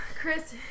Chris